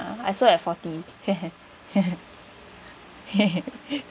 I sold at forty